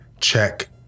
check